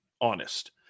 honest